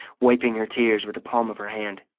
wiping her tears with the palm of her hand.